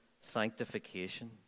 sanctification